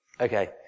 okay